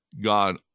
god